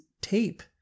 tape